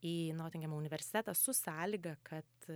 į notingemo universitetą su sąlyga kad